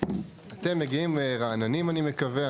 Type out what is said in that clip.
אתם מגיעים רעננים, אני מקווה.